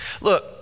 Look